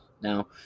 Now